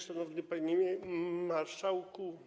Szanowny Panie Marszałku!